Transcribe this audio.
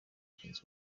mugenzi